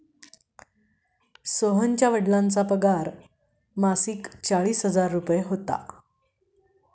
सोहनच्या वडिलांचा पगार मासिक चाळीस हजार रुपये होता